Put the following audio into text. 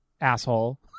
asshole